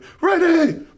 ready